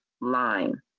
Line